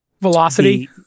velocity